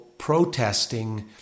protesting